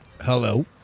Hello